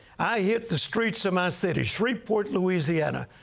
i hit the streets of my city, shreveport, louisiana,